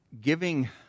giving